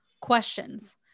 questions